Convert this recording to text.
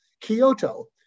Kyoto